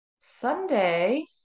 Sunday